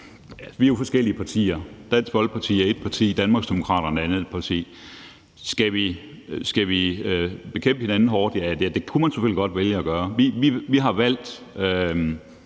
vi er jo forskellige partier. Dansk Folkeparti er ét parti, og Danmarksdemokraterne er et andet parti. Skal vi bekæmpe hinanden hårdt? Ja, det kunne man selvfølgelig godt vælge at gøre. Vi har valgt